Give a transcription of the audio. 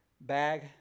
bag